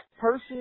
person